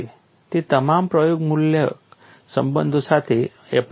તે તમામ પ્રયોગમૂલક સંબંધો માટે એપ્લાય થાય છે